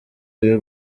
ibi